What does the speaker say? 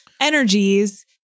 energies